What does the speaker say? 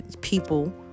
people